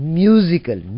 musical